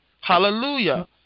Hallelujah